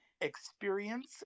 experience